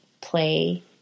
play